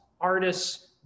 artists